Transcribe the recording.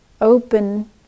open